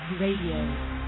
Radio